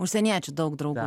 užsieniečių daug draugų